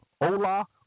Ola